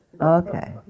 Okay